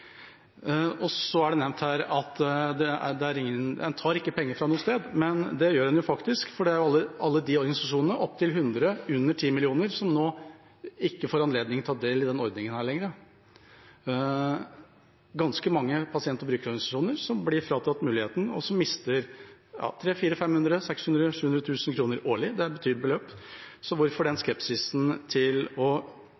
Så er det nevnt her at en ikke tar penger fra noe sted, men det gjør en, faktisk, for vi har jo alle de organisasjonene – opptil hundre – under 10 mill. kr som nå ikke får anledning til å ta del i denne ordningen lenger. Det er ganske mange pasienter og brukerorganisasjoner som blir fratatt muligheten, og som mister 300 000, 400 000, 500 000, 600 000 – ja 700 000 kr – årlig. Det er et betydelig beløp. Så hvorfor den